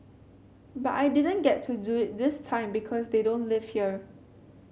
but I didn't get to do it this time because they don't live here